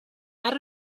add